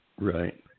Right